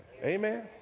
Amen